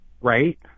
right